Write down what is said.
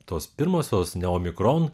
tos pirmosios ne omikron